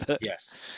Yes